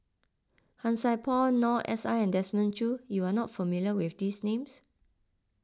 Han Sai Por Noor S I and Desmond Choo you are not familiar with these names